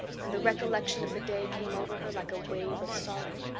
and the recollection of the day came over her like a wave of sorrow.